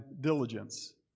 diligence